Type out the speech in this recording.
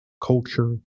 culture